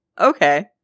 Okay